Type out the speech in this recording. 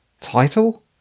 title